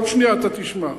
עוד שנייה אתה תשמע.